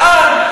לאן?